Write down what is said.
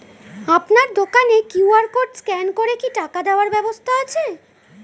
আপনার দোকানে QR code scan করে কি টাকা দেওয়ার ব্যবস্থা আছে?